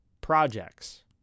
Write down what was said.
projects